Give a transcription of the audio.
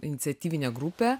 iniciatyvinė grupė